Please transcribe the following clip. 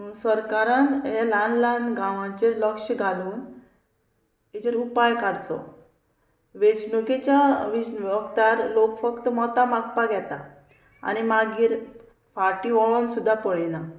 सरकारान हे ल्हान ल्हान गांवांचेर लक्ष घालून हेचेर उपाय काडचो वेंचणुकेच्या विष्ण वकदार लोक फक्त मतां मागपाक येता आनी मागीर फाटीं वळोन सुद्दां पळयना